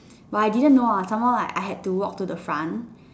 but I did not lah some more I had to walk to the front